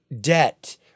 debt